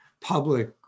public